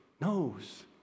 knows